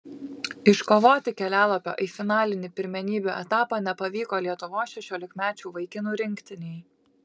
iškovoti kelialapio į finalinį pirmenybių etapą nepavyko lietuvos šešiolikmečių vaikinų rinktinei